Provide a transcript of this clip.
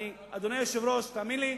אדוני היושב-ראש, תאמין לי,